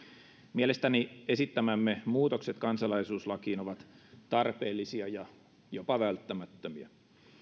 mielestäni esittämämme muutokset kansalaisuuslakiin ovat tarpeellisia ja jopa välttämättömiä